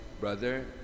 brother